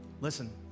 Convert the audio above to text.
Listen